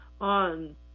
on